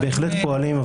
בהחלט פועלים,